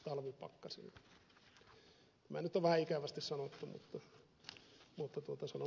tämä on nyt vähän ikävästi sanottu mutta sanonpa nyt kuitenkin